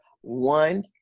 one